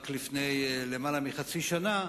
רק לפני למעלה מחצי שנה,